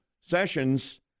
Sessions